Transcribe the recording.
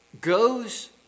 goes